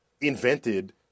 invented